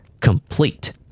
COMPLETE